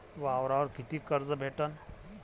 वावरावर कितीक कर्ज भेटन?